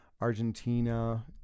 Argentina